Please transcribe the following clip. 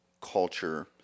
culture